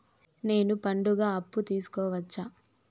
నేను పండుగ అప్పు తీసుకోవచ్చా?